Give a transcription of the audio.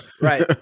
right